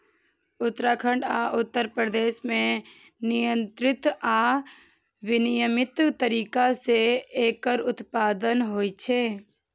उत्तराखंड आ उत्तर प्रदेश मे नियंत्रित आ विनियमित तरीका सं एकर उत्पादन होइ छै